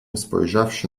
spojrzawszy